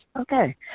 Okay